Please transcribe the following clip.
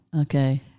Okay